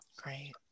Great